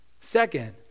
Second